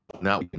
now